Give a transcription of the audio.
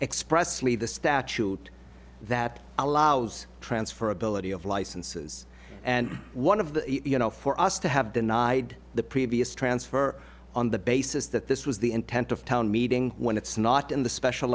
expressly the statute that allows transfer ability of licenses and one of the you know for us to have denied the previous transfer on the basis that this was the intent of town meeting when it's not in the special